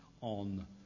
on